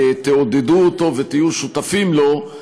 תעודדו אותו ותהיו שותפים לו,